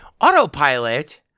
autopilot